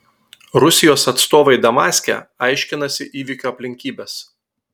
rusijos atstovai damaske aiškinasi įvykio aplinkybes